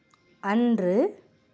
அன்று